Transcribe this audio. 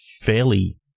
fairly-